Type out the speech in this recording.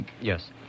Yes